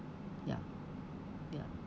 yup ya